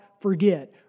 forget